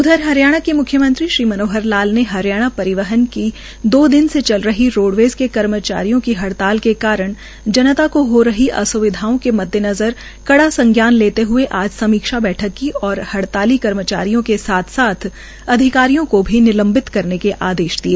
उधर हरियाणा के मुख्यमंत्री श्री मनोहर लाल ने हरियाणा परिवहन की दो दिन से चल रही रोडवेज के कर्मचारियों की हड़ताल के कारण जनता को हो रही अस्विधाओं के मद्देनजर कड़ा संज्ञान लेते हए आज समीक्षा बैठक की और हड़ताली कर्मचारियों के साथ साथ अधिकारियों को भी निलम्बित करने के आदेश दिए